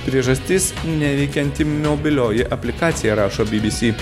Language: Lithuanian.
priežastis neveikianti mobilioji aplikacija rašo bbc